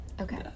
Okay